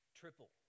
triple